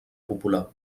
popular